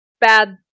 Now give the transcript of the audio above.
bad